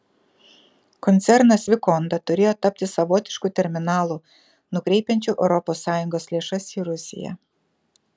koncernas vikonda turėjo tapti savotišku terminalu nukreipiančiu europos sąjungos lėšas į rusiją